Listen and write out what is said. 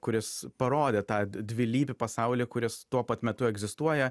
kuris parodė tą dvilypį pasaulį kuris tuo pat metu egzistuoja